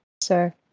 sir